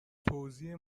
توزیع